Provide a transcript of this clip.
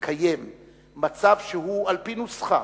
יתקיים מצב, שהוא על-פי נוסחה,